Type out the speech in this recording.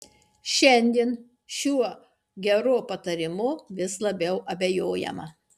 šiandien šiuo geru patarimu vis labiau abejojama